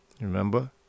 remember